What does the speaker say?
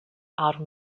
are